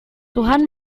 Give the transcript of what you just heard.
tuhan